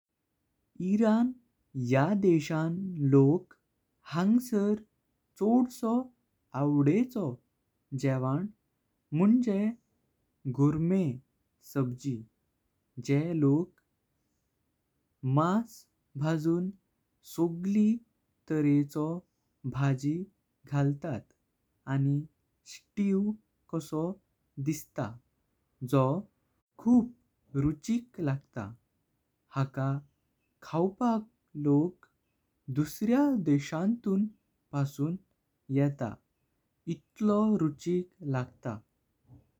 Iran या देसन लोक हंग्सार चौदसो अवडेचो। जेवण म्हणजे घोर्मेह सब्जी जे तेह लोक मास भाजून सगळी प्रकारेचो भाजी घालतात। आणि स्ट्यू कसो दिसता जो कुफ रुचिक लागत। हाका खावपाक लोक दुसऱ्या देशांतून पासून येता इतलो रुचिक लागत।